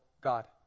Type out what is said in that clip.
God